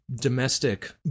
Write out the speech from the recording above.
domestic